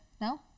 No